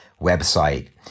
website